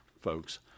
folks